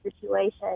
situation